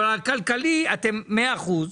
אבל על הכלכלי אתם מאה אחוז,